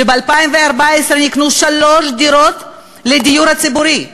כשב-2014 נקנו שלוש דירות לדיור הציבורי,